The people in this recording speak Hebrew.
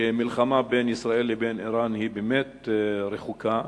שמלחמה בין ישראל לאירן באמת רחוקה,